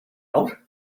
out